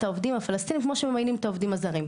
העובדים הפלסטינים כמו שממיינים את העובדים הזרים,